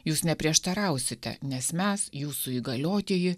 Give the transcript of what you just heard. jūs neprieštarausite nes mes jūsų įgaliotieji